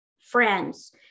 friends